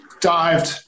dived